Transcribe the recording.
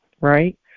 right